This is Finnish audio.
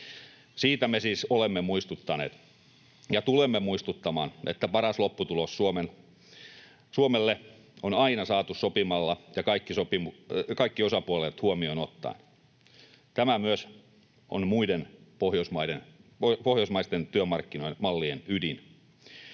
Siitä me siis olemme muistuttaneet ja tulemme muistuttamaan, että paras lopputulos Suomelle on aina saatu sopimalla ja kaikki osapuolet huomioon ottaen. Tämä myös on muiden pohjoismaisten työmarkkinamallien ydin.